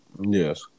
Yes